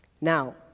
Now